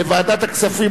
לוועדת הכספים,